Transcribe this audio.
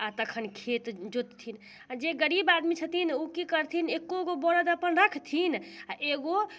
आओर तखन खेत जोतथिन आओर जे गरीब आदमी छथिन उ की करथिन एकोगो बरद अपन रखथिन आओर एगो